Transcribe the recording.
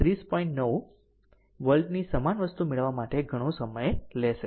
9 વોલ્ટની સમાન વસ્તુ મેળવવામાં ઘણો સમય લેશે